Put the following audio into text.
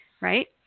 right